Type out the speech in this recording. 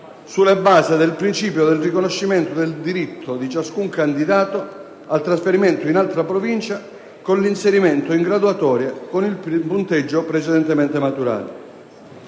sulla base del principio del riconoscimento del diritto di ciascun candidato al trasferimento in altra Provincia con l'inserimento in graduatoria con il punteggio precedentemente maturato.